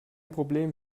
problem